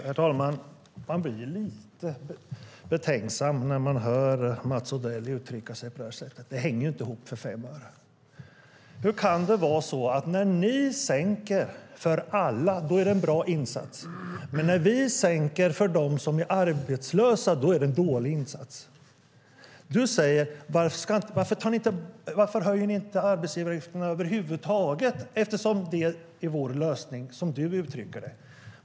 Herr talman! Man blir lite betänksam när man hör Mats Odell uttrycka sig på det här sättet. Det hänger inte ihop för fem öre. Hur kan det vara så att när ni sänker för alla är det en bra insats, men när vi sänker för dem som är arbetslösa är det en dålig insats? Du säger: Varför höjer ni inte arbetsgivaravgifterna över huvud taget, eftersom det är vår lösning, som du uttrycker det?